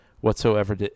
whatsoever